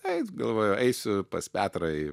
eit galvoju eisiu pas petrą į